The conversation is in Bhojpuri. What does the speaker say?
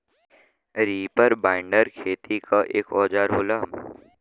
रीपर बाइंडर खेती क एक औजार होला